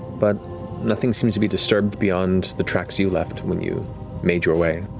but nothing seems to be disturbed beyond the tracks you left when you made your way.